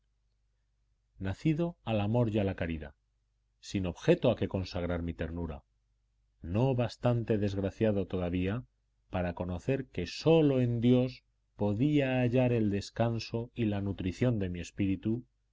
nacido al amor y a la caridad sin objeto a que consagrar mi ternura no bastante desgraciado todavía para conocer que sólo en dios podía hallar el descanso y la nutrición de mi espíritu